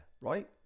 Right